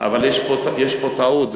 יש פה טעות,